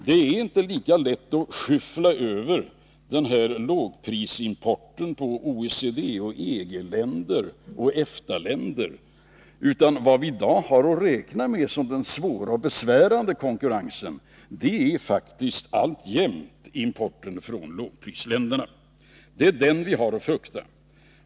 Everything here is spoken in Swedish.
Det är inte lika lätt att skyffla över lågprisimporten på OECD-, EG och EFTA-länder, utan vad vi i dag har att räkna med som den svåra och besvärande konkurrensen är faktiskt alltjämt importen från lågprisländerna. Det är den vi har att frukta.